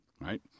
right